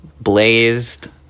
Blazed